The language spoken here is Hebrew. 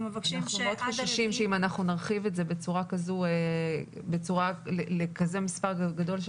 אנחנו מאוד חוששים שאם אנחנו נרחיב את זה בצורה כזאת למספר כזה גדול של